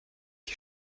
die